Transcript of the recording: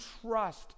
trust